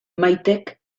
maitek